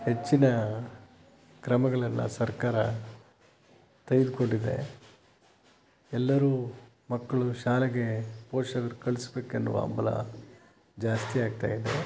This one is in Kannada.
ಹೆಚ್ಚಿನ ಕ್ರಮಗಳನ್ನು ಸರ್ಕಾರ ತೆಗೆದುಕೊಂಡಿದೆ ಎಲ್ಲರೂ ಮಕ್ಕಳು ಶಾಲೆಗೆ ಪೋಷಕ್ರು ಕಳ್ಸ್ಬೇಕು ಎನ್ನುವ ಹಂಬಲ ಜಾಸ್ತಿ ಆಗ್ತಾ ಇದೆ